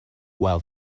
while